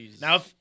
Now